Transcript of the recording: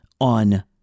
on